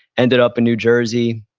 ended up in new jersey.